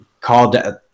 called